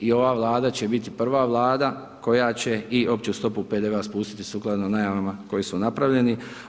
I ova Vlada će biti prva Vlada koja će i opću stopu PDV-a spustiti sukladno najavama koji su napravljeni.